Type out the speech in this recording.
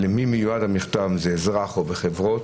למי מיועד המכתב אזרח או בחברות?